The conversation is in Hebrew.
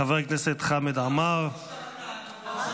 חבר הכנסת חמד עמאר, בבקשה.